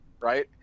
Right